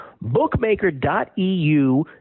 Bookmaker.eu